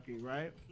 right